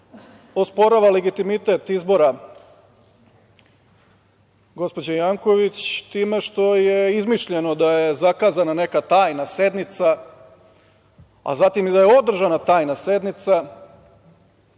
osporava legitimitet izbora gospođe Janković time što je izmišljeno da je zakazana neka tajna sednica, a zatim i da je održana tajna sednica